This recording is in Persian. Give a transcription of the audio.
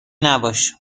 نباش